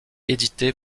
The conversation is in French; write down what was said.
édité